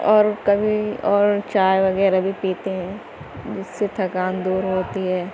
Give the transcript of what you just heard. اور کبھی اور چائے وغیرہ بھی پیتے ہیں جس سے تھکان دور ہوتی ہے